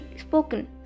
spoken